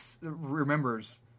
remembers